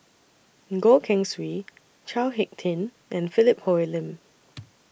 Goh Keng Swee Chao Hick Tin and Philip Hoalim